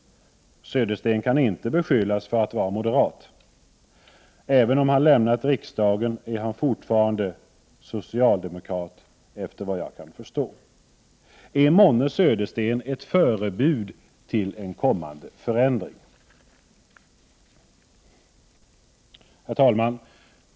Södersten kan inte beskyllas för att vara moderat. Även om han har lämnat riksdagen är han fortfarande socialdemokrat, såvitt jag kan förstå. Är månne Södersten ett förebud till en kommande förändring? Herr talman!